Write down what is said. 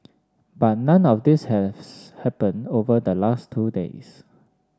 but none of this has happened over the last two days